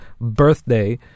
birthday